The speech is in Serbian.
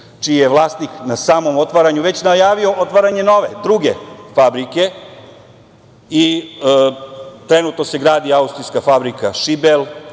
čiji je vlasnik na samom otvaranju već najavio otvaranje nove, druge fabrike i trenutno se gradi austrijska fabrika „Šibel“,